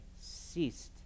ceased